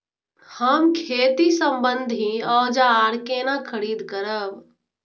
हम खेती सम्बन्धी औजार केना खरीद करब?